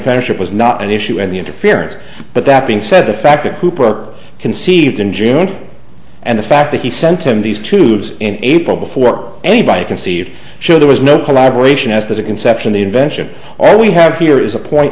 friendship was not an issue and the interference but that being said the fact that coop work conceived in june and the fact that he sent him these two moves in april before anybody conceived show there was no collaboration as a conception the invention all we have here is a point